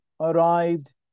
arrived